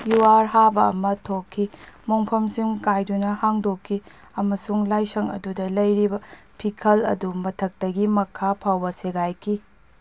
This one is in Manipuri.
ꯌꯨꯍꯥꯔ ꯍꯥꯕ ꯑꯃ ꯊꯣꯛꯈꯤ ꯃꯣꯡꯐꯝꯁꯤꯡ ꯀꯥꯏꯗꯨꯅ ꯍꯥꯡꯗꯣꯛꯈꯤ ꯑꯃꯁꯨꯡ ꯂꯥꯏꯁꯪ ꯑꯗꯨꯗ ꯂꯩꯔꯤꯕ ꯐꯤꯈꯜ ꯑꯗꯨ ꯃꯊꯛꯇꯒꯤ ꯃꯈꯥ ꯐꯥꯎꯕ ꯁꯦꯒꯥꯏꯈꯤ